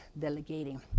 delegating